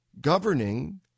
governing